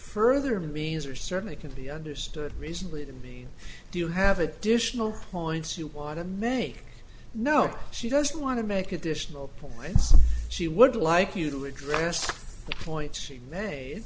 further means or certainly can be understood reasonably to me do you have additional points you want to make no she doesn't want to make additional points she would like you to address the point she may